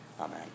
Amen